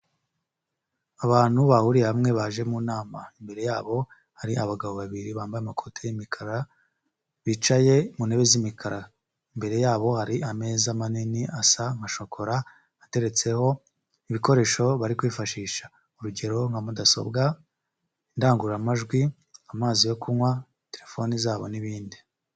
Abantu bahuriye hamwe baje mu nama, imbere yabo hari abagabo babiri bambaye amakoti y'imikara bicaye ku ntebe z'imikara, imbere yabo hari ameza manini asa nka shokora ateretseho ibikoresho bari kwifashisha urugero nka mudasobwa, indangururamajwi, amazi yo kunywa, telefoni zabo n'ibindi.